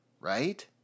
right